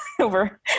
over